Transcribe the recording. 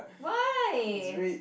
why